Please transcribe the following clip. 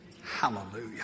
Hallelujah